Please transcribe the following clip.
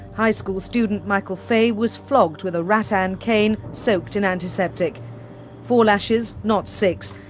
high school student michael fay was flogged with a rattan cane soaked in antiseptic four lashes, not six.